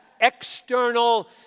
external